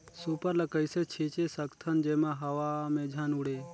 Super ल कइसे छीचे सकथन जेमा हवा मे झन उड़े?